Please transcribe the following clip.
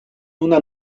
una